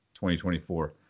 2024